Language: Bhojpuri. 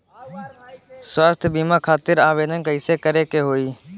स्वास्थ्य बीमा खातिर आवेदन कइसे करे के होई?